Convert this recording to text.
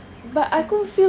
kesian sia